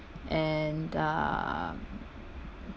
and uh